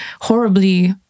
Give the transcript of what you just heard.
horribly